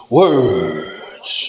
words